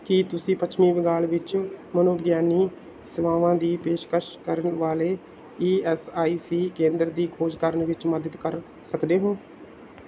ਕੀ ਤੁਸੀਂ ਪੱਛਮੀ ਬੰਗਾਲ ਵਿੱਚ ਮਨੋਵਿਗਿਆਨੀ ਸੇਵਾਵਾਂ ਦੀ ਪੇਸ਼ਕਸ਼ ਕਰਨ ਵਾਲੇ ਈ ਐਸ ਆਈ ਸੀ ਕੇਂਦਰਾਂ ਦੀ ਖੋਜ ਕਰਨ ਵਿੱਚ ਮਦਦ ਕਰ ਸਕਦੇ ਹੋ